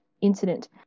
incident